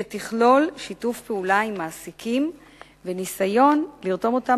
שתכלול שיתוף פעולה עם מעסיקים וניסיון לרתום אותם